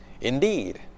Indeed